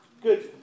Good